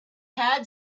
had